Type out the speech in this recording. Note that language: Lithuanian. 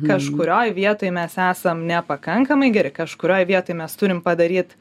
kažkurioj vietoj mes esam nepakankamai geri kažkurioj vietoj mes turim padaryt